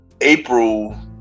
April